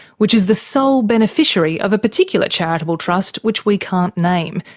which is the sole beneficiary of a particular charitable trust which we can't name,